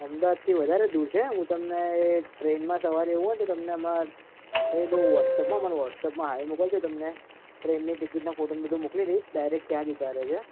અમદાવાદથી વધારે દૂર છે હું તમને એ ટ્રેનમાં સવારે એવું હોય ને હું તમને હમણાં કહી દઉં વ્હોટસપમાં મારાં વ્હોટસપમાં હાય મોકલજો તમને ટ્રેનની ટિકિટના ફોટો ને બધું મોકલી દઈશ ડાયરેક્ટ ત્યાં જ ઉતારે છે